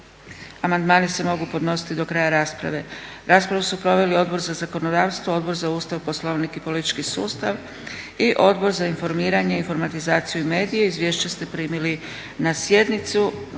Amandmani se mogu podnositi do kraja rasprave. Raspravu su proveli Odbor za zakonodavstvo, Odbor za Ustav, Poslovnik i politički sustav i Odbor za informiranje, informatizaciju i medije. Izvješća ste primili na sjednici.